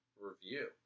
review